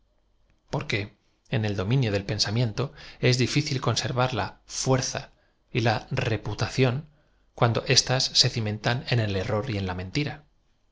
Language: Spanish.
porque en el dominio del pensamiento es difícil conservar la fuerza y la reputación cuando éstas be cimentan en el erro r y la mentira